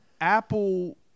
Apple